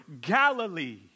Galilee